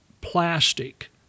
plastic